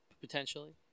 potentially